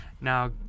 Now